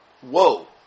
whoa